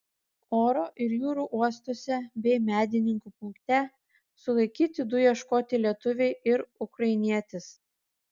oro ir jūrų uostuose bei medininkų punkte sulaikyti du ieškoti lietuviai ir ukrainietis